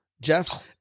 Jeff